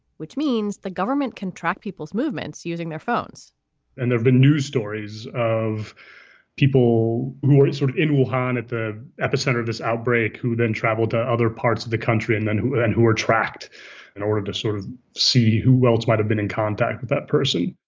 which means the government can track people's movements using their phones and there've been news stories of people who were sort of in rouhani at the epicenter of this outbreak, who then traveled to other parts of the country and then who then who were tracked in order to sort of see who well might have been in contact with that person